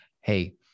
Hey